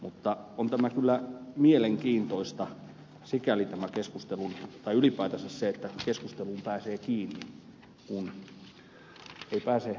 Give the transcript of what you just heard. mutta on tämä kyllä ylipäätänsä mielenkiintoista että keskusteluun pääsee kiinni kun ei pääse edes siihen väittelytilanteeseen niin kuin tässäkin